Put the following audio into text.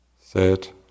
Sit